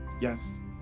yes